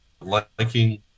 liking